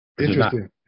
interesting